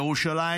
ירושלים